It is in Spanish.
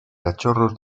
cachorros